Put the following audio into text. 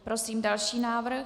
Prosím další návrh.